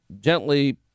gently